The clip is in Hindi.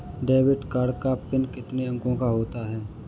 डेबिट कार्ड का पिन कितने अंकों का होता है?